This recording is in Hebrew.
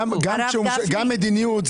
גם מדיניות,